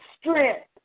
strength